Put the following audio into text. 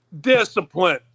discipline